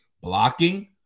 blocking